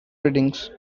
readings